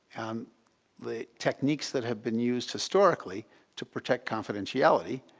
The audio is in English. um the techniques that have been used historically to protect confidentiality